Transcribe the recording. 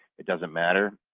it doesn't matter.